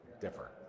differ